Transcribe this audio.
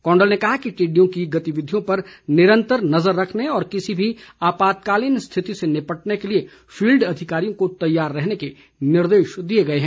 कौंडल ने कहा कि टिड्डियों की गतिविधियों पर निरंतर नजर रखने और किसी भी आपातकालीन स्थिति से निपटने के लिए फील्ड अधिकारियों को तैयार रहने के निर्देश दिए गए हैं